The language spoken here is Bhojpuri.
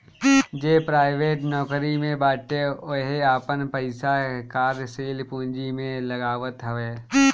जे प्राइवेट नोकरी में बाटे उहो आपन पईसा कार्यशील पूंजी में लगावत हअ